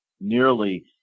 nearly